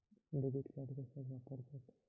Debit card कसा कार्य करता?